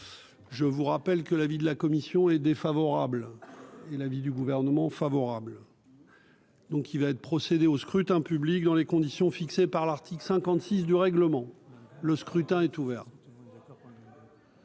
Je vous rappelle que l'avis de la commission est défavorable. évidemment, le gouvernement lui est favorable, il va être procédé au scrutin public dans les conditions fixées par l'article 56 du règlement, le scrutin est ouvert.